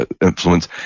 influence